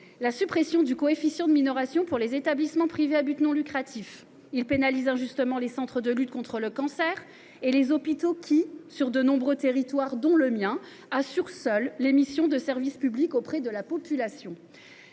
la suppression du coefficient de minoration pour les établissements privés à but non lucratif. Il pénalise injustement les centres de lutte contre le cancer et des hôpitaux, qui, sur de nombreux territoires, dont le mien, assurent seuls les missions de service public auprès de la population.